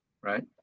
Right